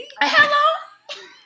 Hello